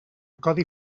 codi